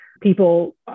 people